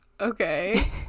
Okay